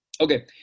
Okay